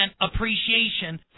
appreciation